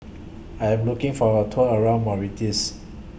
I Am looking For A Tour around Mauritius